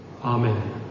Amen